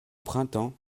printemps